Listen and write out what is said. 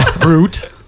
brute